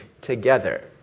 together